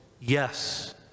yes